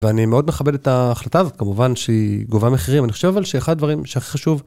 ואני מאוד מכבד את ההחלטה הזאת, כמובן שהיא גובה מחירים. אני חושב אבל שאחד הדברים שהכי חשוב...